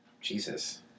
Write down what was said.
Jesus